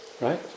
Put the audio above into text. right